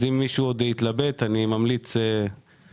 אז אם מישהו עוד מתלבט אני ממליץ מחום